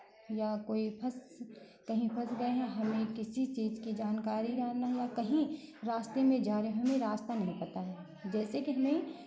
या कोई फँस कहीं फँस गए हैं हमें किसी चीज़ की जानकारी जानना या कहीं रास्ते में जा रहे हमें रास्ता नहीं पता है जैसे कि हमें